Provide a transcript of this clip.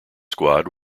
squad